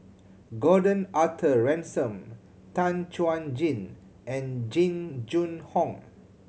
Gordon Arthur Ransome Tan Chuan Jin and Jing Jun Hong